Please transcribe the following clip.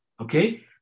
Okay